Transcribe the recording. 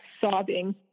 sobbing